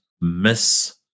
miss